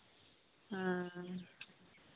ᱦᱮᱸ